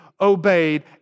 obeyed